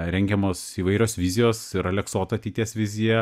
rengiamos įvairios vizijos ir aleksoto ateities vizija